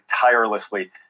tirelessly